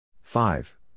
Five